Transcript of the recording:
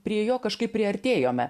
prie jo kažkaip priartėjome